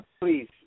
please